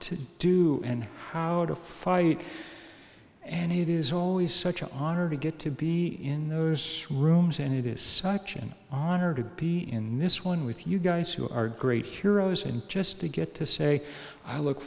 to do and how to fight and it is always such an honor to get to be in those rooms and it is such an honor to be in this one with you guys who are great heroes and just to get to say i look